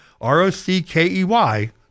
r-o-c-k-e-y